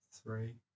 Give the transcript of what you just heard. Three